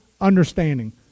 understanding